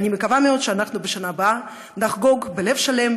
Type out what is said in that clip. אני מקווה מאוד שבשנה הבאה נחגוג בלב שלם